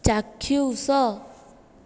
ଚାକ୍ଷୁସ